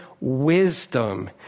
wisdom